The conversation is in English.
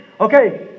okay